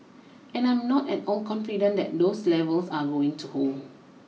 and I'm not at all confident that those levels are going to hold